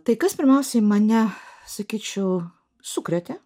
tai kas pirmiausiai mane sakyčiau sukrėtė